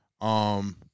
Um-